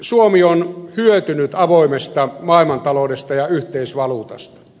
suomi on hyötynyt avoimesta maailmantaloudesta ja yhteisvaluutasta